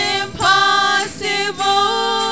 impossible